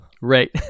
Right